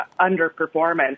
underperformance